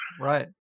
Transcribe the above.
Right